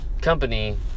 company